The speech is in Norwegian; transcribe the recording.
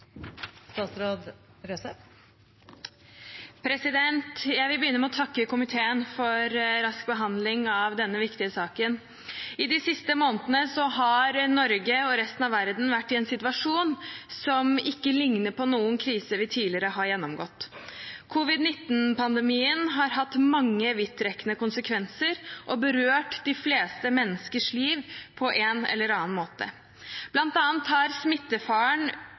Jeg vil begynne med å takke komiteen for rask behandling av denne viktige saken. De siste månedene har Norge og resten av verden vært i en situasjon som ikke ligner på noen krise vi tidligere har gjennomgått. Covid-19-pandemien har hatt mange vidtrekkende konsekvenser og berørt de fleste menneskers liv på en eller annen måte. Blant annet har smittefaren